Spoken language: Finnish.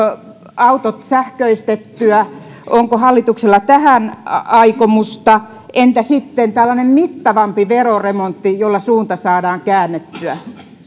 sähköistettyä onko hallituksella tähän aikomusta entä sitten tällaiseen mittavampaan veroremonttiin jolla suunta saadaan käännettyä